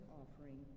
offering